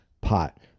pot